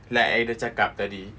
like I dah cakap tadi